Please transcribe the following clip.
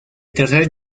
tercer